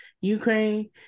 Ukraine